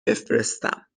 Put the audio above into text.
بفرستم